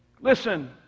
Listen